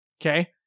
Okay